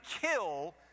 kill